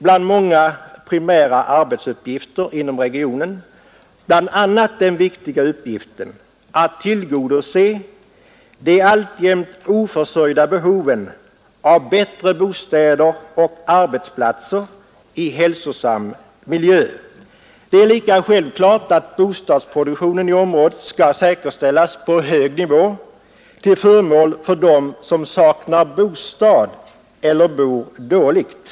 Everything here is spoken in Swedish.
Bland många primära arbetsuppgifter inom regionen finns bl.a. den viktiga uppgiften att tillgodose de alltjämt icke täckta behoven av bättre bostäder och arbetsplatser i hälsosam miljö. Det är lika självklart att bostadsproduktionen i området skall säkerställas på hög nivå till förmån för dem som saknar bostad eller bor dåligt.